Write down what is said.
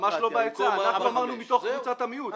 ממש לא ב"עצה", אנחנו אמרנו מתוך קבוצת המיעוט.